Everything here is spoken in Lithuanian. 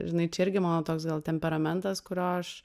žinai čia irgi mano toks gal temperamentas kurio aš